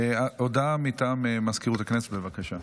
הודעה מטעם מזכירות הכנסת, בבקשה.